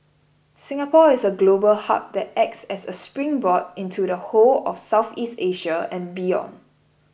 Singapore is a global hub that acts as a springboard into the whole of Southeast Asia and beyond